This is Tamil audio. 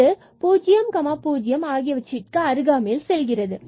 இது 00 ஆகியவற்றை அருகாமையில் செல்கிறது